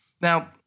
Now